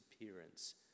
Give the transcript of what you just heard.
appearance